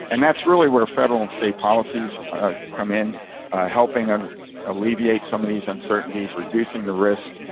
and that's really where federal and state policies come in helping and alleviate some of these uncertainties, reducing the risks,